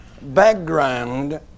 background